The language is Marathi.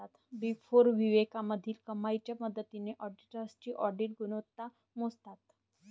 बिग फोर विवेकाधीन कमाईच्या मदतीने ऑडिटर्सची ऑडिट गुणवत्ता मोजतात